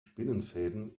spinnenfäden